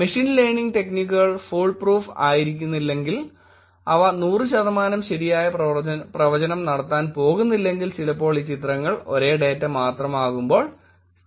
machine learning ടെക്നിക്കുകൾ fool proof ആയിരിക്കില്ലെങ്കിൽ അവ 100 ശതമാനം ശരിയായ പ്രവചനം നടത്താൻ പോകുന്നില്ലെങ്കിൽ ചിലപ്പോൾ ഈ ചിത്രങ്ങൾ ഒരേ ഡാറ്റ മാത്രമാകുമ്പോൾ സ്ഥിരീകരിക്കുക